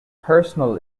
personal